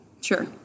Sure